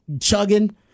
chugging